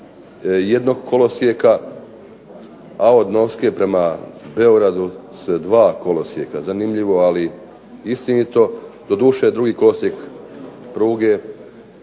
jednog kolosijeka, a od Novske prema Beogradu sa dva kolosijeka. Zanimljivo ali istinito. Doduše drugi kolosijek pruge